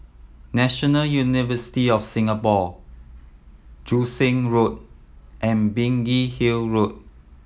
National University of Singapore Joo Seng Road and Biggin Hill Road